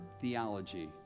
theology